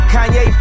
Kanye